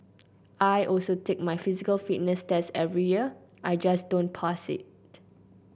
I also take my physical fitness test every year I just don't pass it